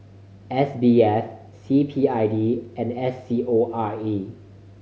S B F C P I B and S C O R E